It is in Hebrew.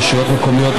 רשויות מקומיות,